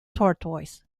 tortoise